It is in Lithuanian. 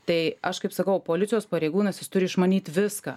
tai aš kaip sakau policijos pareigūnas jis turi išmanyt viską